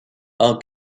are